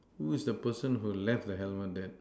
who is the person who left the helmet there